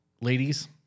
ladies